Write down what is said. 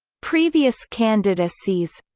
previous candidacies